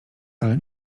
ale